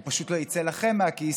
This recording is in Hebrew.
הוא פשוט לא יצא לכם מהכיס,